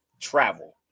travel